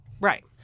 Right